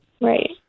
Right